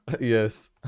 Yes